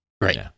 right